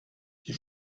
die